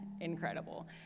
incredible